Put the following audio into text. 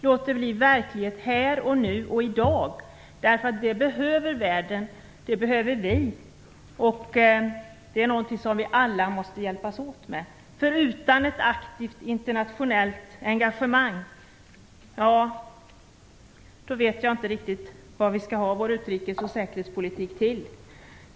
Låt det bli verklighet här och nu, i dag. Det behöver världen, det behöver vi. Det är någonting som vi alla måste hjälpas åt med. Förutan ett aktivt internationellt engagemang vet jag inte riktigt vad vi skall ha vår utrikes och säkerhetspolitik till.